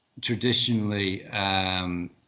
traditionally